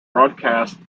broadcasts